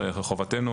זאת חובתנו,